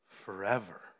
Forever